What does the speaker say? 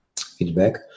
feedback